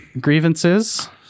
grievances